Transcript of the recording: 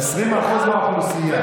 20% מהאוכלוסייה.